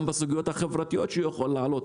גם בסוגיות החברתיות שהוא יכול להעלות.